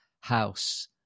house